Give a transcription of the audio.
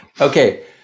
Okay